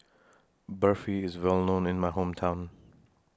Barfi IS Well known in My Hometown